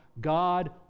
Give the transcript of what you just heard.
God